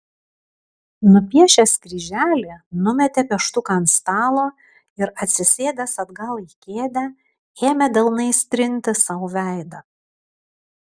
nupiešęs kryželį numetė pieštuką ant stalo ir atsisėdęs atgal į kėdę ėmė delnais trinti sau veidą